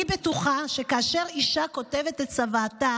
אני בטוחה שכאשר אישה כותבת את צוואתה